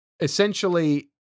essentially